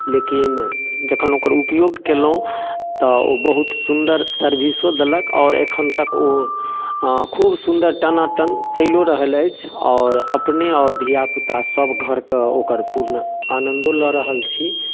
लेकिन जखन ओकर उपयोग केलहुँ तऽ ओ बहुत सुन्दर सर्विसो देलक आओर एखन तक ओ खूब सुन्दर टनाटन चलिओ रहल अछि आओर अपने आओर धिआपुता सबघरके ओकर पूर्ण आनन्दो लऽ रहल छी